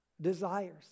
desires